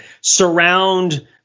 surround